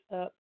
up